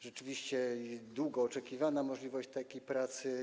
Rzeczywiście długo oczekiwali na możliwość takiej pracy.